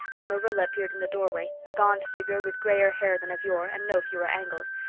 as marilla appeared in the doorway, a gaunt figure with grayer hair than of yore and no fewer angles,